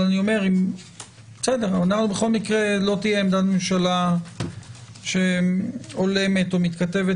אם לא תהיה עמדת ממשלה שהולמת או מתכתבת